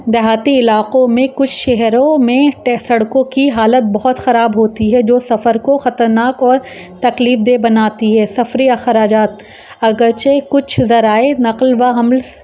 دیہاتی علاقوں میں کچھ شہروں میں سڑکوں کی حالت بہت خراب ہوتی ہے جو سفر کو خطرناک اور تکلیف دے بناتی ہے سفری اخراجات اگچے کچھ ذرائع نقل و حمل